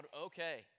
Okay